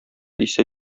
исә